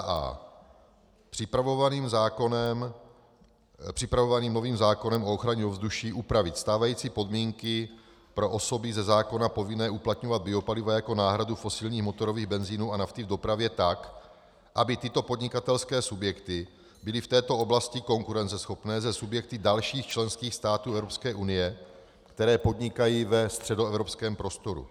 a) připravovaným novým zákonem o ochraně ovzduší upravit stávající podmínky pro osoby ze zákona povinné uplatňovat biopaliva jako náhradu fosilních motorových benzínů a nafty v dopravě tak, aby tyto podnikatelské subjekty byly v této oblasti konkurenceschopné se subjekty z dalších členských států Evropské unie, které podnikají ve středoevropském prostoru;